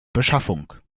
beschaffung